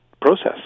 process